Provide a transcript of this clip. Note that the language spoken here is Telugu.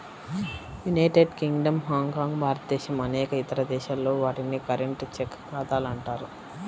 యునైటెడ్ కింగ్డమ్, హాంకాంగ్, భారతదేశం అనేక ఇతర దేశాల్లో, వాటిని కరెంట్, చెక్ ఖాతాలు అంటారు